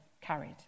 carried